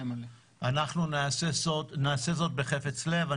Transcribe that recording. אנחנו נעשה זאת בחפץ לב.